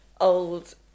old